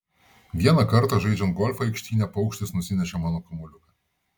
vieną kartą žaidžiant golfą aikštyne paukštis nusinešė mano kamuoliuką